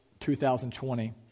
2020